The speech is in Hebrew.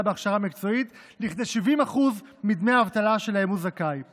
בהכשרה מקצועית לכדי 70% מדמי האבטלה שהוא זכאי להם,